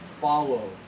follow